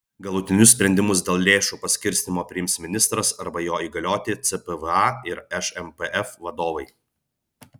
galutinius sprendimus dėl lėšų paskirstymo priims ministras arba jo įgalioti cpva ir šmpf vadovai